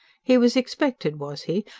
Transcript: he was expected, was he,